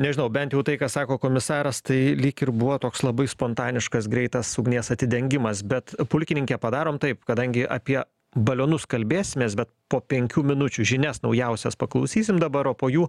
nežinau bent tai ką sako komisaras tai lyg ir buvo toks labai spontaniškas greitas ugnies atidengimas bet pulkininke padarom taip kadangi apie balionus kalbėsimės bet po penkių minučių žinias naujausias paklausysim dabar o po jų